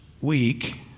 week